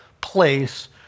place